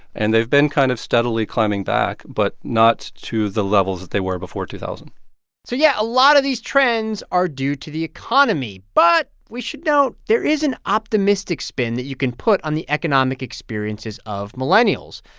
and they've been kind of steadily climbing back, but not to the levels that they were before two thousand point so, yeah, a lot of these trends are due to the economy. but we should note there is an optimistic spin that you can put on the economic experiences of millennials.